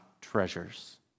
treasures